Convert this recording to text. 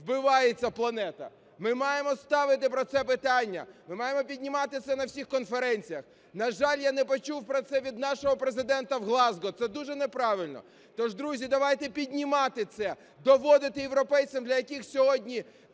вбивається планета. Ми маємо ставити про це питання. Ми маємо піднімати це на всіх конференціях. На жаль, я не почув про це від нашого Президента в Глазго, це дуже неправильно. То ж, друзі, давайте піднімати це, доводити європейцям, для яких сьогодні